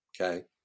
Okay